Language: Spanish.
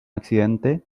accidente